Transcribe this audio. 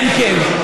הם כן.